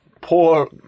poor